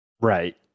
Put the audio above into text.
right